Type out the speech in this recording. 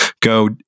Go